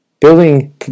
building